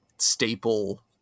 staple